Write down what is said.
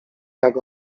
jak